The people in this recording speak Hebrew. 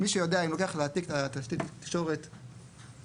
מי שיודע אם לוקח להעתיק תשתית תקשורת 20,